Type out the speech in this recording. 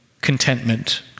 contentment